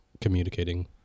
communicating